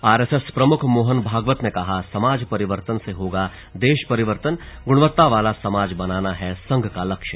RSS प्रमुख मोहन भागवत ने कहा समाज परिवर्तन से होगा देश परिवर्तनगुणवत्ता वाला समाज बनाना है संघ का लक्ष्य